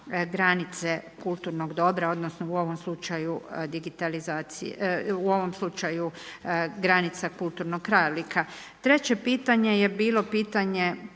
granice kulturnog dobra odnosno u ovom slučaju granica kulturnog krajolika. Treće pitanje je bilo pitanje